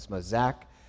Zach